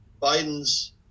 Biden's